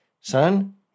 Son